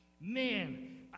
man